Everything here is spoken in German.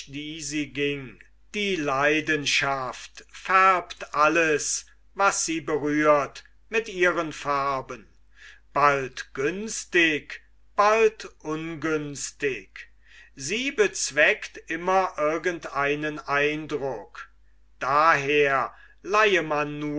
die leidenschaft färbt alles was sie berührt mit ihren farben bald günstig bald ungünstig sie bezweckt immer irgend einen eindruck daher leihe man